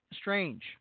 Strange